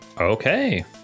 Okay